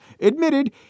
admitted